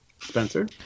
Spencer